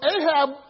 Ahab